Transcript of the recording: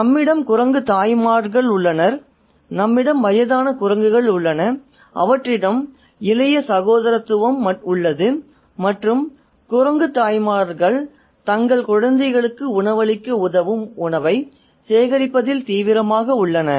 நம்மிடம் குரங்கு தாய்மார்கள் உள்ளனர் நம்மிடம் வயதான குரங்குகள் உள்ளன அவற்றிடம் இளைய சகோதரத்துவம் உள்ளது மற்றும் குரங்கு தாய்மார்கள் தங்கள் குழந்தைகளுக்கு உணவளிக்க உதவும் உணவை சேகரிப்பதில் தீவிரமாக உள்ளனர்